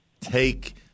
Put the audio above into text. take